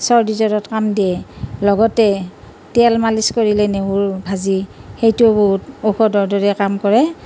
চৰ্দী জ্বৰত কাম দিয়ে লগতে তেল মালিছ কৰিলে নহৰু ভাজি সেইটোও ঔষধৰ দৰে কাম কৰে